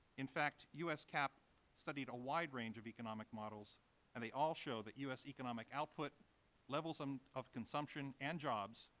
in fact, uscap studied a wide range of economic models and they all show that u s. economic output levels um of consumption and jobs,